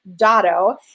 Dotto